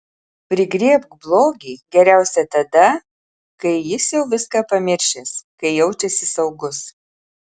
prigriebk blogį geriausia tada kai jis jau viską pamiršęs kai jaučiasi saugus